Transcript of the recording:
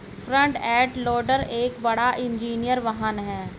front end loader एक बड़ा engineering वाहन है